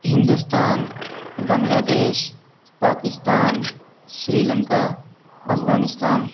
Hindustan Bangladesh Pakistan Sri Lanka Afghanistan